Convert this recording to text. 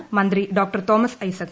ധനമന്ത്രി തോമസ് ഐസക്